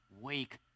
wake